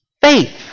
faith